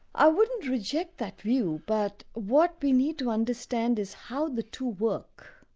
i wouldn't reject that view, but what we need to understand is how the two work.